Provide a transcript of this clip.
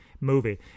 movie